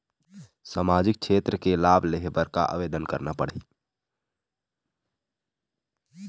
सामाजिक क्षेत्र के लाभ लेहे बर का आवेदन करना पड़ही?